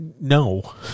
no